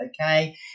okay